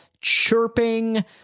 chirping